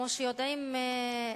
כמו שיודעים,